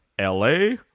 LA